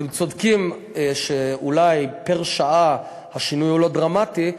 אתם צודקים שאולי פר-שעה השינוי הוא לא דרמטי,